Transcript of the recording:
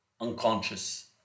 unconscious